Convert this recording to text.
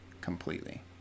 completely